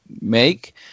make